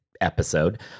episode